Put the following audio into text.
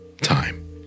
time